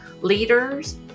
leaders